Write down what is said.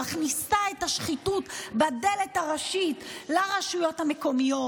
מה שמכניס את השחיתות בדלת הראשית לרשויות המקומיות,